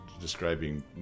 describing